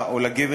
את העיוור